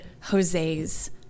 Jose's